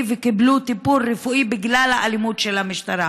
וקיבלו טיפול רפואי בגלל האלימות של המשטרה.